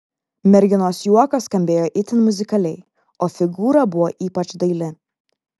merginos juokas skambėjo itin muzikaliai o figūra buvo ypač daili